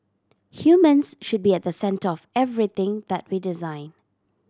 humans should be at the centre of everything that we design